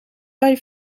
bij